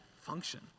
function